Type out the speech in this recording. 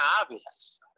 obvious